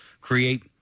create